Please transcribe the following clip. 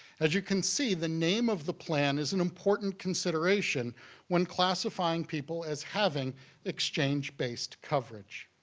as you can see, the name of the plan is an important consideration when classifying people as having exchange-based coverage.